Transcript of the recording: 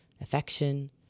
affection